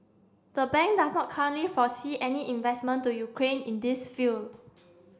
the bank does not currently foresee any investment to Ukraine in this field